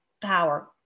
power